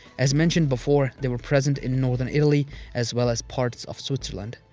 as mentioned before, they were present in northern italy as well as parts of switzerland.